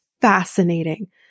fascinating